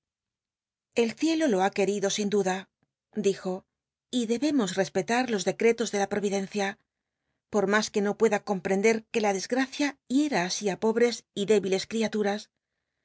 el ciclo lo ha querido sin duela dij o y debe mos respetar los decretos de la pi'o idcncia por mas que no pueda comprender que la desgracia hiera así pobres y débiles criaturas